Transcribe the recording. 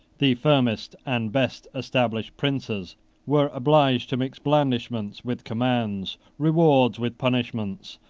the firmest and best established princes were obliged to mix blandishments with commands, rewards with punishments,